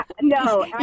No